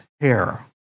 hair